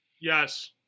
Yes